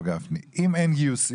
הרב גפני אם אין גיוסים,